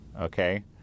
Okay